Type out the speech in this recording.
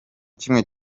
kimwe